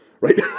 right